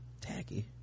Tacky